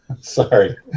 sorry